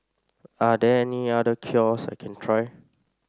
are there any other cures I can try